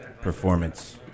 performance